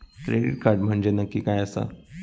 Credit card म्हंजे नक्की काय आसा?